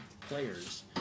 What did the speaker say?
players